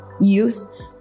youth